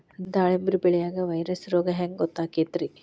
ದಾಳಿಂಬಿ ಬೆಳಿಯಾಗ ವೈರಸ್ ರೋಗ ಹ್ಯಾಂಗ ಗೊತ್ತಾಕ್ಕತ್ರೇ?